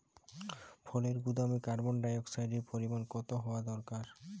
ফলের গুদামে কার্বন ডাই অক্সাইডের পরিমাণ কত হওয়া দরকার?